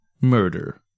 murder